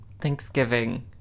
thanksgiving